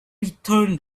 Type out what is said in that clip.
returned